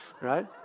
right